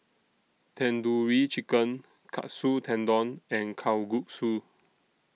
Tandoori Chicken Katsu Tendon and Kalguksu